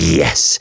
yes